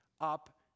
up